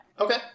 Okay